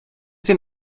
den